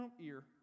ear